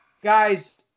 Guys